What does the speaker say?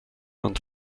und